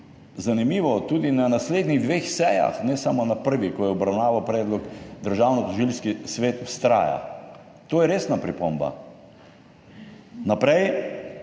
zanimivo, tudi na naslednjih dveh sejah, ne samo na prvi, ko je obravnaval predlog, Državnotožilski svet vztraja. To je resna pripomba. Naprej.